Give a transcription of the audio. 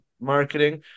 marketing